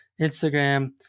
Instagram